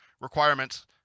requirements